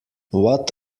what